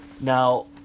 Now